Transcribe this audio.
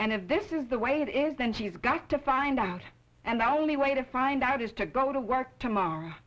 if this is the way it is then she's got to find out and only way to find out is to go to work tomorrow